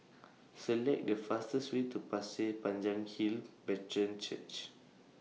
Select The fastest Way to Pasir Panjang Hill Brethren Church